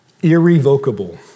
irrevocable